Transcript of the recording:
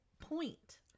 point